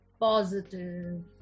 positive